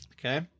Okay